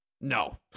no